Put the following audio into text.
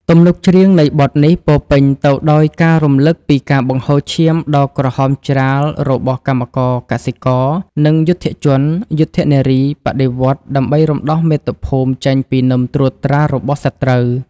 ទំនុកច្រៀងនៃបទនេះពោរពេញទៅដោយការរំលឹកពីការបង្ហូរឈាមដ៏ក្រហមច្រាលរបស់កម្មករ កសិករ និងយុទ្ធជនយុទ្ធនារីបដិវត្តន៍ ដើម្បីរំដោះមាតុភូមិចេញពីនឹមត្រួតត្រារបស់សត្រូវ។